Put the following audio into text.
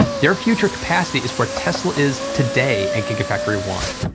their future capacity is where tesla is today at gigafactory one,